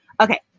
Okay